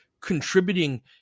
contributing